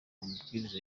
amabwiriza